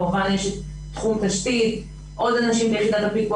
כמובן יש את תחום תשתית, עוד אנשים לפיקוח.